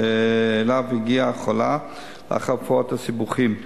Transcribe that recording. שאליו הגיעה החולה לאחר הפרעות וסיבוכים.